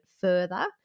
further